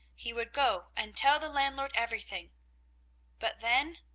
he would go and tell the landlord everything but then?